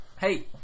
Hey